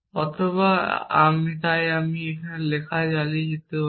অথবা তাই আমি এই লেখা চালিয়ে যেতে পারি